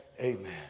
Amen